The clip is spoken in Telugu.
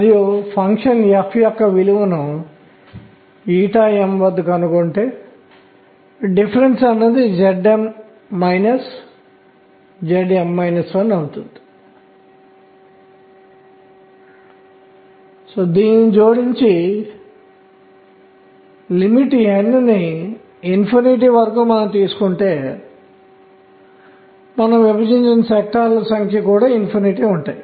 మరియు n ఏదైనా కావచ్చు n అనేది 1 2 3 మరియు మొదలైనవి కావచ్చు మరియు k అనేది 1 2 3 మరియు n వరకు గల విలువలకు సమానంగా ఉంటుంది